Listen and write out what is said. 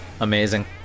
Amazing